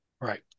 Right